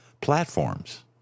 platforms